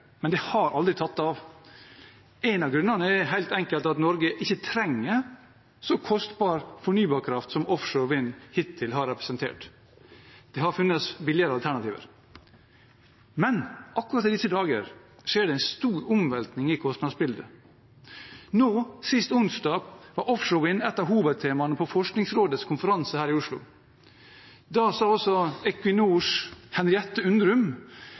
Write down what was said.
men det har aldri tatt av. Én av grunnene er helt enkelt at Norge ikke trenger så kostbar fornybar kraft som offshore vind hittil har representert. Det har funnes billigere alternativer. Men akkurat i disse dager skjer det en stor omveltning i kostnadsbildet. Sist onsdag var offshore vind ett av hovedtemaene på Forskningsrådets konferanse i Oslo. Da sa Equinors Henriette Undrum,